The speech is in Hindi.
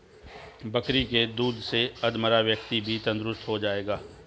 बकरी के दूध से अधमरा व्यक्ति भी तंदुरुस्त हो जाएगा